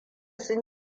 sun